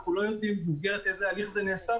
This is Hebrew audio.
אנחנו לא יודעים במסגרת איזה הליך זה נעשה,